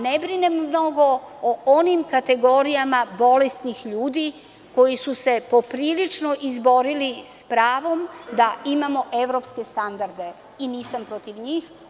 Ne brinem mnogo o onim kategorijama bolesnih ljudi koji su se poprilično izborili s pravom da imamo evropske standarde i nisam protiv njih.